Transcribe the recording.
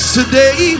today